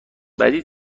بعدی